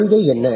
கொள்கை என்ன